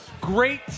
great